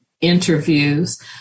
interviews